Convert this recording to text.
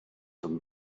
some